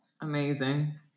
Amazing